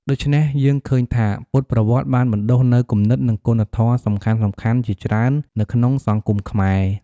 ដូច្នេះយើងឃើញថា ពុទ្ធប្រវត្តិបានបណ្ដុះនូវគំនិត និងគុណធម៌សំខាន់ៗជាច្រើននៅក្នុងសង្គមខ្មែរ។